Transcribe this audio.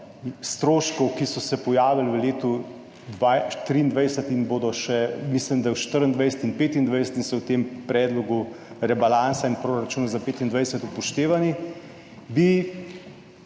stroškov, ki so se pojavili v letu 2023 in bodo še, mislim, da v 2024 in 2025 in so v tem predlogu rebalansa in proračuna za 2025 upoštevani, bi